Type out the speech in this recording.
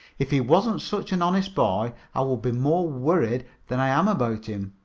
if he wasn't such an honest boy, i would be more worried than i am about him.